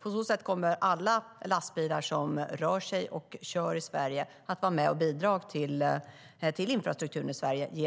På så sätt kommer alla lastbilar som rör sig och kör i Sverige att vara med och bidra till infrastrukturen i Sverige.